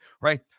right